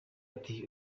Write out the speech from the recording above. ati